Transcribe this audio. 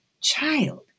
child